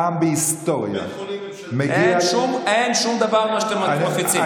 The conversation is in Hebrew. פעם בהיסטוריה מגיע, אין שום דבר ממה שאתם מפיצים.